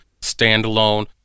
standalone